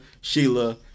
Sheila